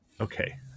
okay